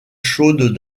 chaudes